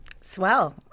Swell